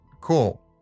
cool